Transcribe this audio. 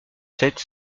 sept